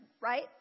right